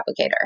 applicator